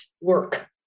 work